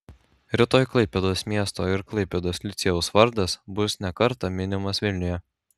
rytoj klaipėdos miesto ir klaipėdos licėjaus vardas bus ne kartą minimas vilniuje